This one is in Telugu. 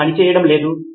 నితిన్ కురియన్ అవును